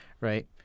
right